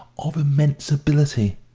of immense ability.